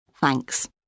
thanks